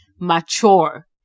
mature